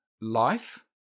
life